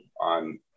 on